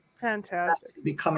Fantastic